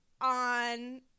on